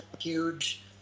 huge